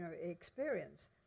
experience